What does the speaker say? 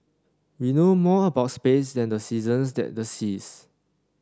we know more about space than the seasons and the seas